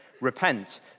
Repent